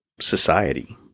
society